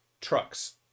trucks